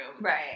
Right